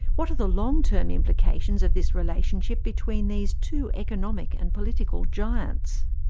what are the long-term implications of this relationship between these two economic and political giants?